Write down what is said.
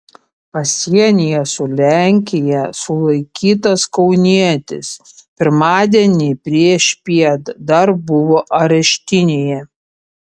pasienyje su lenkija sulaikytas kaunietis pirmadienį priešpiet dar buvo areštinėje